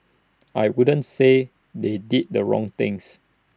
I wouldn't say they did the wrong things